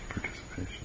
participation